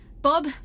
Bob